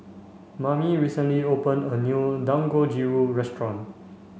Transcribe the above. Mamie recently opened a new Dangojiru Restaurant